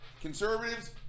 Conservatives